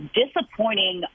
disappointing